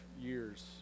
years